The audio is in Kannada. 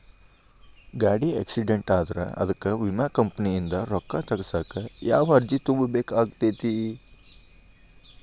ಗಾಡಿ ಆಕ್ಸಿಡೆಂಟ್ ಆದ್ರ ಅದಕ ವಿಮಾ ಕಂಪನಿಯಿಂದ್ ರೊಕ್ಕಾ ತಗಸಾಕ್ ಯಾವ ಅರ್ಜಿ ತುಂಬೇಕ ಆಗತೈತಿ?